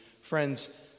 Friends